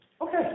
Okay